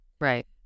Right